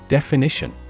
Definition